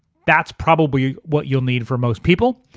that's probably what you'll need for most people.